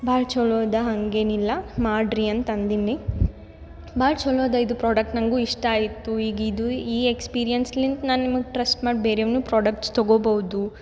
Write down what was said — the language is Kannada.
ಭಾಳ್ ಚಲೋ ಅದ ಹಂಗೇನಿಲ್ಲ ಮಾಡ್ರಿ ಅಂತಂದಿನಿ ಭಾಳ್ ಚಲೋ ಅದ ಇದು ಪ್ರಾಡಕ್ಟ್ ನಂಗು ಇಷ್ಟ ಆಯಿತು ಈಗ ಇದು ಈ ಎಕ್ಸ್ಪೀರಿಯೆನ್ಸ್ ಲಿಂತ ನಾನು ನಿಮ್ಗೆ ಟ್ರಸ್ಟ್ ಮಾ ಬೇರೇನು ಪ್ರಾಡಕ್ಟ್ಸ್ ತೊಗೋಬೌದು